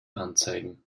anzeigen